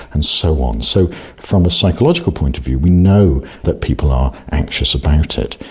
and so on. so from a psychological point of view we know that people are anxious about it.